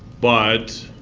but